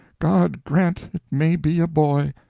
god grant it may be a boy!